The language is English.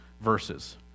verses